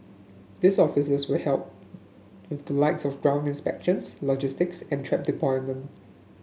these officers will help with the likes of ground inspections logistics and trap deployment